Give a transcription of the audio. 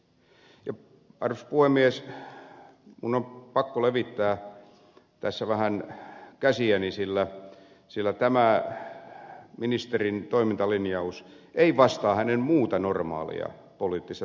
minun on pakko levittää tässä vähän käsiäni sillä tämä ministerin toimintalinjaus ei vastaa hänen muuta normaalia poliittista toimintalinjaustaan